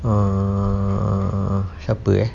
err siapa eh